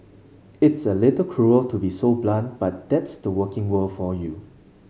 it's a little cruel to be so blunt but that's the working world for you